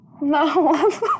No